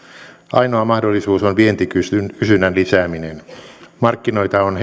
ainoa mahdollisuus on vientikysynnän lisääminen markkinoita on